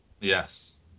yes